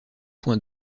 point